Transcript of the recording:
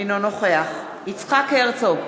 אינו נוכח יצחק הרצוג,